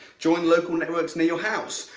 join local networks near your house,